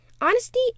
Honesty